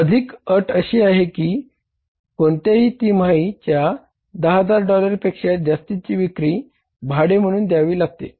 अधिक अट अशी आहे की कोणत्याही तिमाहीच्या १०००० डॉलर्सपेक्षा जास्तची विक्री भाडे म्हणून द्यावी लागेल